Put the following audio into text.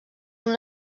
una